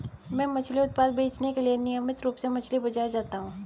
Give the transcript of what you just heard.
मैं मछली उत्पाद बेचने के लिए नियमित रूप से मछली बाजार जाता हूं